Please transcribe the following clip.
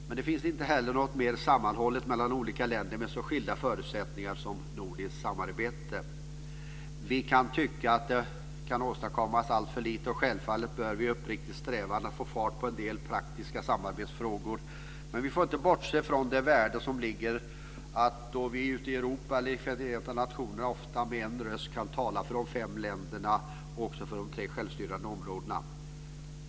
Men det finns inte heller något som är mer sammanhållet mellan olika länder med så skilda förutsättningar som nordiskt samarbete. Vi kan tycka att det åstadkoms alltför lite. Självfallet bör vi uppriktigt sträva efter att få fart på en del praktiska samarbetsfrågor. Men vi får inte bortse från det värde som ligger i att vi ute i Europa eller i Förenta nationerna ofta med en röst kan tala för de fem länderna och också för de tre självstyrande områdena.